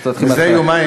לפני יומיים,